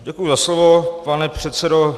Děkuji za slovo, pane předsedo.